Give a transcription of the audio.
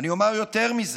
אני אומר יותר מזה: